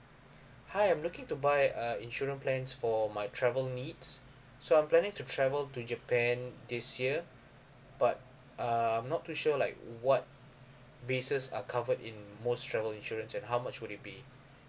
hi I'm looking to buy a insurance plans for my travel needs so I'm planning to travel to japan this year but uh I'm not too sure like what bases are covered in most travel insurance and how much would it be